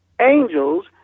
angels